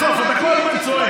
בסוף אתה כל הזמן צועק.